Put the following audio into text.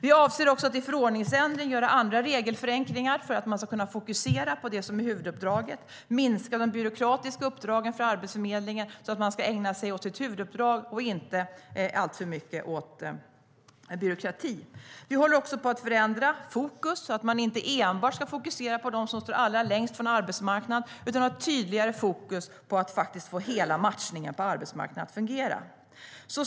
Vi avser också att i en förordningsändring göra andra regelförenklingar för att man ska kunna fokusera på det som är huvuduppdraget, det vill säga minska de byråkratiska uppdragen för Arbetsförmedlingen så att man kan ägna sig åt sitt huvuduppdrag och inte alltför mycket åt byråkrati. Vi håller också på att förändra fokus så att man inte enbart ska fokusera på dem som står allra längst från arbetsmarknaden utan ha tydligare fokus på att få hela matchningen på arbetsmarknaden att fungera.